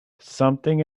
something